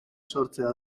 sortzea